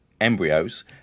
embryos